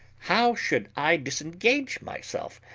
how should i disengage myself?